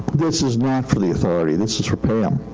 this is not for the authority. and this is for pam.